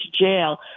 jail